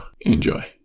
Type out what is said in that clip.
Enjoy